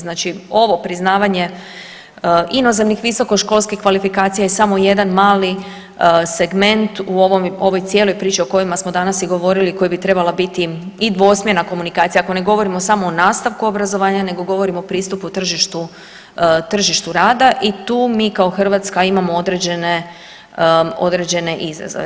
Znači ovo priznavanje inozemnih visokoškolskih kvalifikacija je samo jedan mali segment u ovoj cijeloj priči o kojima smo danas i govorili koja bi trebala biti i dvosmjerna komunikacija, ako ne govorimo samo o nastavku obrazovanja nego govorimo o pristupu tržištu rada i tu mi kao Hrvatska imamo određene izazove.